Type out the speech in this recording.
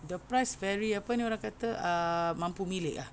the price very apa ni orang kata ah mampu milik ah